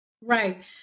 Right